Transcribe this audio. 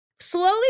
Slowly